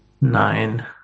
nine